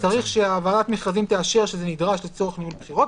צריך שוועדת המכרזים תאשר שזה נדרש לצורך ניהול בחירות,